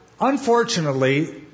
unfortunately